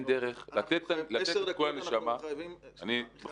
יש עוד 10 דקות, ואני חייב לקצר.